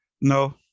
no